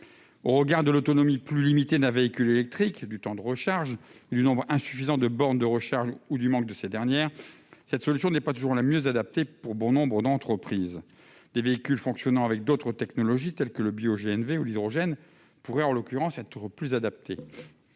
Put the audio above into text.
tenu de l'autonomie plus limitée d'un véhicule électrique, du temps de recharge, du nombre insuffisant de bornes de recharge ou de l'absence de ces dernières, ce type de véhicule n'est pas toujours le plus adapté pour bon nombre d'entreprises. Des véhicules fonctionnant avec d'autres technologies, telles que le bioGNV ou l'hydrogène, pourraient, en l'occurrence, être plus adaptés.